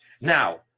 Now